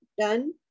done